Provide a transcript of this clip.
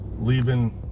leaving